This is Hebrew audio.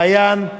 מעיין,